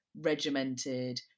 regimented